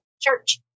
church